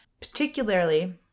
particularly